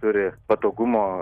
turi patogumo